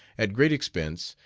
at great expense,